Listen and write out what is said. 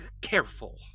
careful